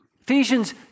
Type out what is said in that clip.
Ephesians